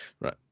right